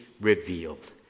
revealed